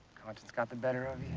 just got the better of